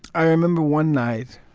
i remember one night,